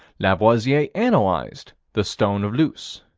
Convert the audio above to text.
lavoisier analyzed the stone of luce.